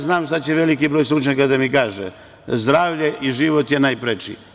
Znam šta će veliki broj stručnjaka da mi kaže, zdravlje i život je najpreči.